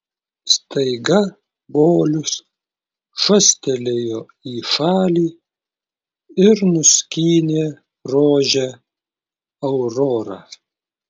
staiga bolius šastelėjo į šalį ir nuskynė rožę aurora